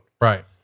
right